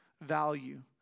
value